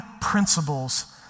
principles